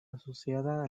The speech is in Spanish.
asociada